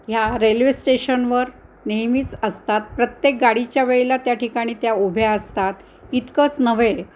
ह्या रेल्वे स्टेशनवर नेहमीच असतात प्रत्येक गाडीच्या वेळेला त्या ठिकाणी त्या उभ्या असतात इतकंच न्हवे